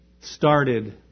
started